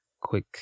quick